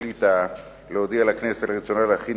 חוק ומשפט החליטה להודיע לכנסת על רצונה להחיל